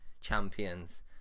champions